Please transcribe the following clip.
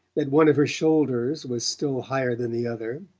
that one of her shoulders was still higher than the other,